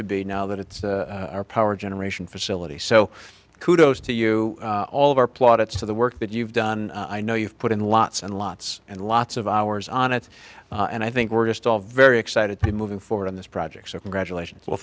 to be now that it's our power generation facility so kudos to you all of our plaudits for the work that you've done i know you've put in lots and lots and lots of hours on it and i think we're just all very excited to be moving forward on this project so congratulations well